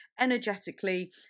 energetically